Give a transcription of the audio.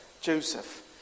Joseph